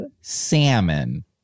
Salmon